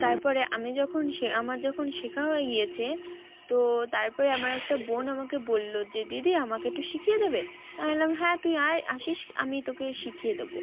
তারপরে আমি যখন সে আমার যখন শেখা হয়ে গিয়েছে তো তারপরে আমার একটা বোন আমাকে বললো যে দিদি আমাকে একটু শিখিয়ে দেবে তা আমি বললাম হ্যাঁ তুই আ আসিস আমি তোকে শিখিয়ে দেবো